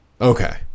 okay